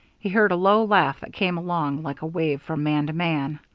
he heard a low laugh that came along like a wave from man to man.